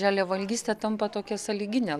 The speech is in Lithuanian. žaliavalgystė tampa tokia sąlyginė